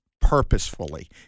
purposefully